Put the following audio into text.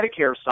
Medicare